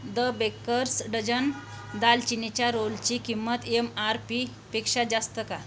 the baker's dozen दालचिनीच्या रोलची किंमत येम आर पीपेक्षा जास्त का